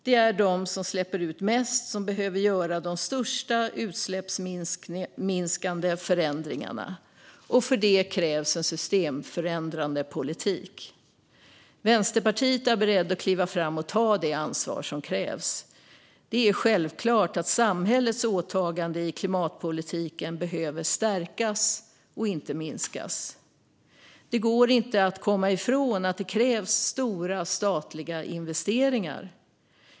Det är de som släpper ut mest som behöver göra de största utsläppsminskande förändringarna. Och för det krävs en systemförändrande politik. Vänsterpartiet är berett att kliva fram och ta det ansvar som krävs. Det är självklart att samhällets åtagande i klimatpolitiken behöver stärkas, inte minskas. Det går inte att komma ifrån att det krävs stora statliga investeringar.